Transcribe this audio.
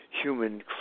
human